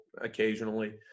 occasionally